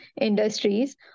industries